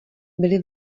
byly